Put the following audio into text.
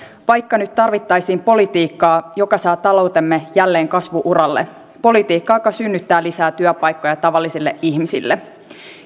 vaikka nyt tarvittaisiin politiikkaa joka saa taloutemme jälleen kasvu uralle politiikkaa joka synnyttää lisää työpaikkoja tavallisille ihmisille